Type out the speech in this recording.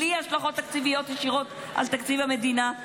בלי השלכות תקציביות ישירות על תקציב המדינה,